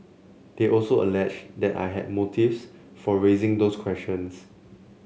they also alleged that I had motives for raising those questions